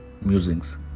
Musings